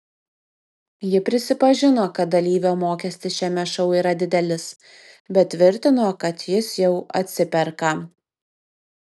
ji prisipažino kad dalyvio mokestis šiame šou yra didelis bet tvirtino kad jis jau atsiperka